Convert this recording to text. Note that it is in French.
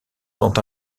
sont